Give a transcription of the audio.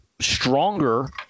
stronger